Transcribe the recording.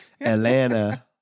Atlanta